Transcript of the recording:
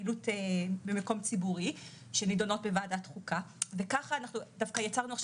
פעילות במקום ציבורי שנידונות בוועדת חוקה וככה יצרנו את